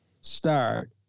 start